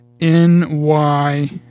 NY